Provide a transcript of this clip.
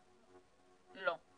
לא.